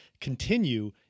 continue